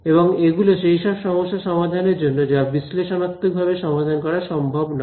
এবং এগুলো সেইসব সমস্যা সমাধানের জন্য যা বিশ্লেষণাত্মক ভাবে সমাধান করা সম্ভব নয়